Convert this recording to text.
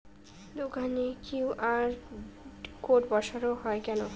দোকানে QR code বসানো হয় কেন?